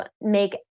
make